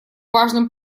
важным